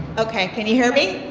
okay, can you hear me?